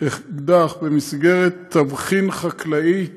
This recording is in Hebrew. אקדח במסגרת תבחין חקלאי חדש,